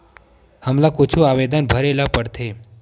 हमला कुछु आवेदन भरेला पढ़थे?